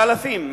באלפים.